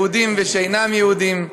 יהודים ושאינם יהודים,